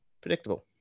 predictable